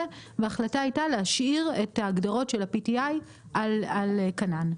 וההחלטה הייתה להשאיר את ההגדרות של ה-PTI על כנן.